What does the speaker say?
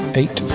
eight